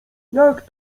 jak